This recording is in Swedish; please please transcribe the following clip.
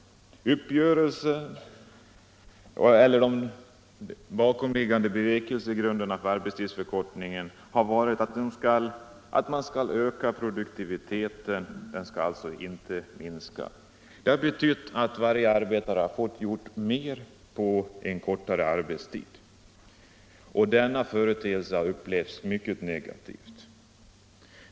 De bakomvarande bevekelsegrunderna för arbetstidsförkortningen har varit att man skall öka produktiviteten — den skall alltså inte minska. Det har betytt att varje arbetare har fått göra mer på en kortare arbetstid. Denna företelse har upplevts som mycket negativ.